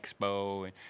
Expo